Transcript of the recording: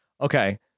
okay